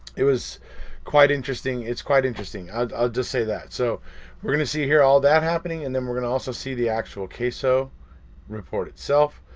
it was quite interesting. it's quite interesting i'll just say that. so we're gonna see here all that happening and then we're gonna also see the actual caso report itself